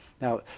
Now